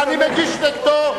ואני מגיש נגדו,